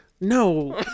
No